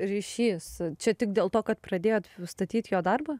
ryšys čia tik dėl to kad pradėjot statyt jo darbą